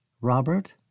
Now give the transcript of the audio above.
Robert